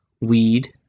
weed